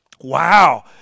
wow